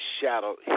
shadow